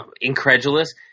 incredulous